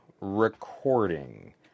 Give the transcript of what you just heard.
recording